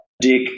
Dick